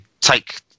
take